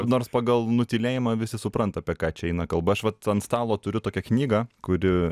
nors pagal nutylėjimą visi supranta apie ką čia eina kalba aš vat ant stalo turiu tokią knygą kuri